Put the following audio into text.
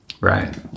Right